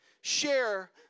share